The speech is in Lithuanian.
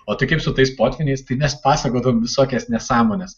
o tai kaip su tais potvyniais tai mes pasakodavom visokias nesąmones